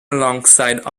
alongside